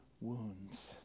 wounds